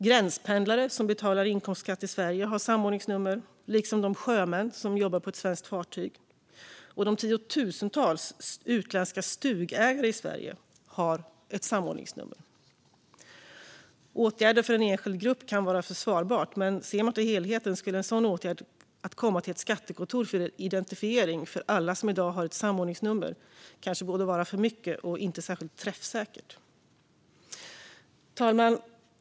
Gränspendlare som betalar inkomstskatt i Sverige har samordningsnummer, liksom de sjömän som jobbar på svenska fartyg. De tiotusentals utländska stugägarna i Sverige har ett samordningsnummer. Åtgärder för en enskild grupp kan vara försvarbara, men ser man till helheten skulle åtgärden att komma till ett skattekontor för identifiering för alla som i dag har ett samordningsnummer kanske vara både för mycket och inte särskilt träffsäkert. Fru talman!